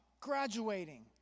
graduating